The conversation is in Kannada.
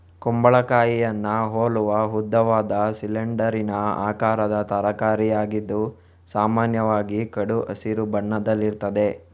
ಕುಂಬಳಕಾಯಿಯನ್ನ ಹೋಲುವ ಉದ್ದವಾದ, ಸಿಲಿಂಡರಿನ ಆಕಾರದ ತರಕಾರಿಯಾಗಿದ್ದು ಸಾಮಾನ್ಯವಾಗಿ ಕಡು ಹಸಿರು ಬಣ್ಣದಲ್ಲಿರ್ತದೆ